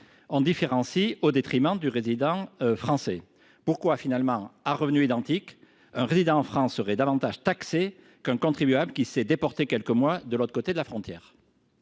créée, au détriment des résidents français ? Pourquoi, à revenu identique, un résident en France devrait il être davantage taxé qu’un contribuable qui s’est déporté quelques mois de l’autre côté de la frontière ?